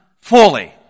fully